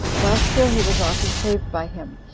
while still he was often saved by him,